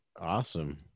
awesome